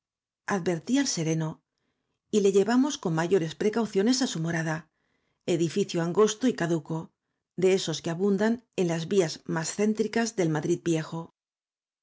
advertí al sereno y le llevamos con mayores precauciones á su morada edificio angosto y caduco de esos que abundan en las vías más céntricas del madrid viejo